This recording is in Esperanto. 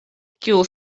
kiu